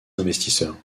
investisseurs